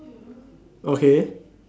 okay